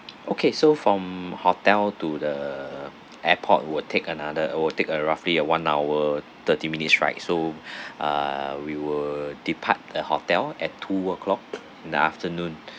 okay so from hotel to the airport will take another uh will take a roughly a one hour thirty minutes ride so uh we will depart the hotel at two o'clock in the afternoon